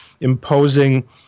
imposing